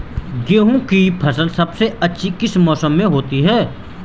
गेंहू की फसल सबसे अच्छी किस मौसम में होती है?